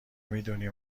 میدونی